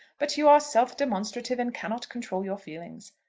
but you are self-demonstrative, and cannot control your feelings.